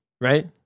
right